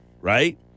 right